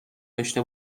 داشته